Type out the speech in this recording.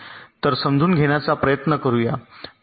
तर समजून घेण्याचा प्रयत्न करूया